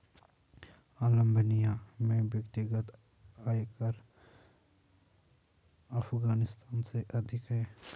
Albania में व्यक्तिगत आयकर अफ़ग़ानिस्तान से अधिक है